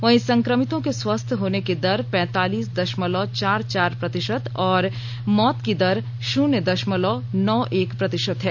वहीं संक्रमितों के स्वस्थ होने की दर पैंतालीस दशमलव चार चार प्रतिशत और मौत की दर शून्य दशमलव नौ एक प्रतिशत है